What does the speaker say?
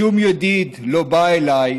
שום ידיד לא בא אליי,